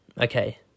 okay